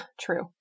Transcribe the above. True